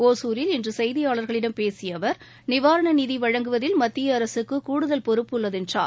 ஒசூரில் இன்றுசெய்தியாளர்களிடம் பேசியஅவர் நிவாரணநிதிவழங்குவதில் மத்தியஅரசுக்குகூடுதல் பொறுப்பு உள்ளதுஎன்றார்